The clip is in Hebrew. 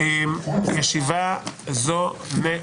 ישיבה זו נעולה.